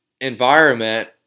environment